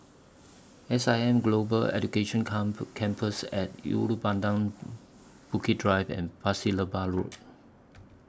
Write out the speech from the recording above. S I M Global Education Campus At Ulu Pandan Bukit Drive and Pasir Laba Road